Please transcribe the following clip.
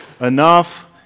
enough